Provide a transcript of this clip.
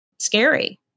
Scary